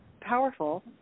powerful